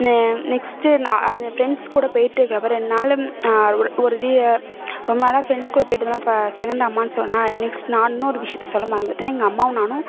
next நான் அந்த friends கூட போயிட்டு இருக்கிறப்ப ரெண்டு நாள் ஒரு ஒரு ரீ ரொம்ப நாளாக ஃப்ரெண்ட்ஸ் கூட போயிட்டு இருந்தேனா இப்போ செகண்டு தான் அம்மான்னு சொன்னேன்னா நெக்ஸ்ட்டு நான் இன்னொரு விஷயத்த சொல்ல மறந்துட்டேன் எங்கள் அம்மாவும் நானும்